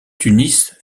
tunis